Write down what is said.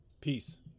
Peace